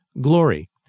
glory